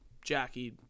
jackie